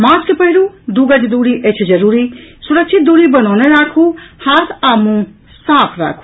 mask पहिरू दू गज दूरी अछि जरूरी सुरक्षित दूरी बनौने राखू हाथ आ मुंह साफ राखू